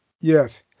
Yes